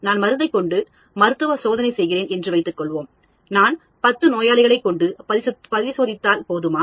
நான் மருந்தைக் கொண்டு மருத்துவ சோதனை செய்கிறேன் என்று வைத்துக்கொள்வோம் நான் 10 நோயாளிகளை பரிசோதித்தால் போதுமா